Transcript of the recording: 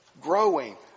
growing